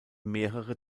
mehrere